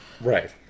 Right